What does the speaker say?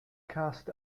cast